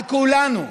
על כולנו.